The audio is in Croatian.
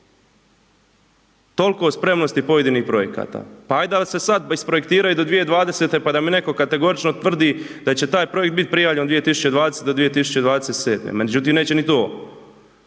Toliko o spremnosti pojedinih projekata. Pa ajde da se sad isprojektiraju do 2020., pa da mi netko kategorično tvrdi da će taj projekt biti prijavljen od 2020.-2027., međutim neće ni to.